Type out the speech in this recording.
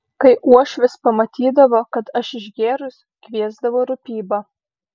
kai uošvis pamatydavo kad aš išgėrus kviesdavo rūpybą